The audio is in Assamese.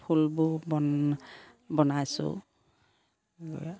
ফুলবোৰ বন বনাইছোঁ